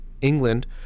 England